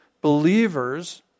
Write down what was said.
Believers